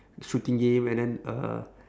shooting game and then uh